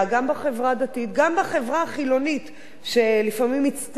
גם בחברה החילונית שלפעמים מצטדקת,